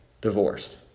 divorced